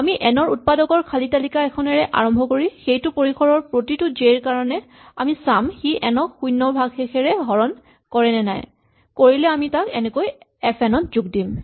আমি এন ৰ উৎপাদকৰ খালী তালিকা এখনেৰে আৰম্ভ কৰি সেইটো পৰিসৰৰ প্ৰতিটো জে ৰ কাৰণে আমি চাম সি এন ক শূণ্য ভাগশেষেৰে হৰণ কৰেনে নাই কৰিলে আমি তাক এনেকৈ এফ এন ত যোগ দিম